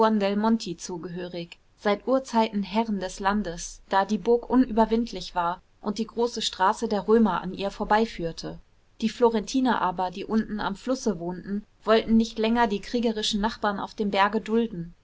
zugehörig seit urzeiten herren des landes da die burg unüberwindlich war und die große straße der römer an ihr vorüberführte die florentiner aber die unten am flusse wohnten wollten nicht länger die kriegerischen nachbarn auf dem berge dulden